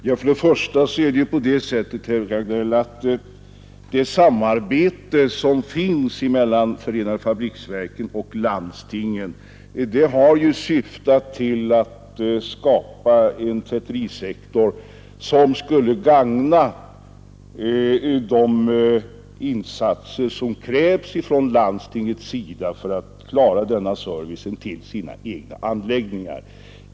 Fru talman! Först och främst är det så, herr Regnéll, att det samarbete som förekommer mellan förenade fabriksverken och landstinget har syftat till att skapa en tvätterisektor, som skulle vara till gagn för landstingen.